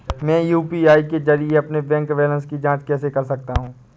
मैं यू.पी.आई के जरिए अपने बैंक बैलेंस की जाँच कैसे कर सकता हूँ?